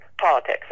politics